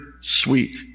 sweet